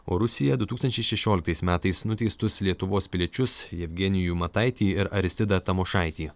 o rusija du tūkstančiai šešioliktais metais nuteistus lietuvos piliečius jevgenijų mataitį ir aristidą tamošaitį